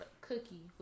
cookie